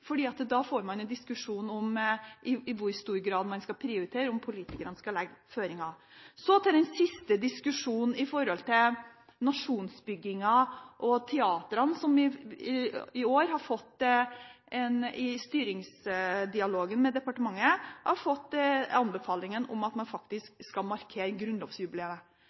hvor stor grad man skal prioritere, og om politikerne skal legge føringer. Så til den siste diskusjonen om nasjonsbyggingen og teatrene, som i år i styringsdialogen med departementet har fått anbefalinger om at man skal markere